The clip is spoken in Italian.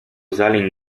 sale